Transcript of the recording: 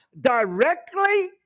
directly